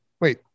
wait